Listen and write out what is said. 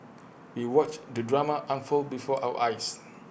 we watched the drama unfold before our eyes